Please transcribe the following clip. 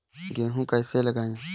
गेहूँ कैसे लगाएँ?